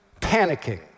panicking